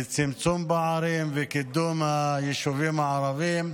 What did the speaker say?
לצמצום פערים ולקידום היישובים הערביים.